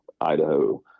Idaho